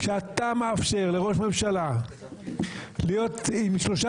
כשאתה מאפשר לראש ממשלה להיות עם שלושה